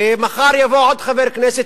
ומחר יבוא עוד חבר כנסת,